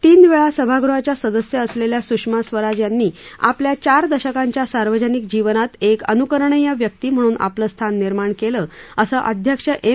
तीन वेळा सभागृहाच्या सदस्य असलेल्या सुषमा स्वराज यांनी आपल्या चार दशकांच्या सार्वजनिक जीवनात एक अनुकरणीय व्यक्ती म्हणून आपलं स्थान निर्माण केलं असं अध्यक्ष एम